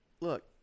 look